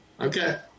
Okay